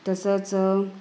तसंच